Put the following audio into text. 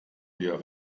wir